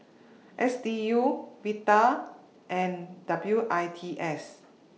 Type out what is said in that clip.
S D U Vital and W I T S